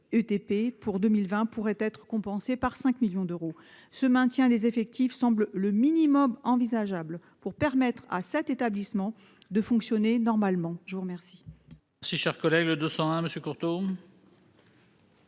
101 ETP pourrait être compensée par 5 millions d'euros en 2020. Ce maintien des effectifs semble le minimum envisageable pour permettre à cet établissement de fonctionner normalement. L'amendement